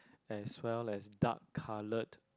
as well as dark coloured